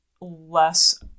less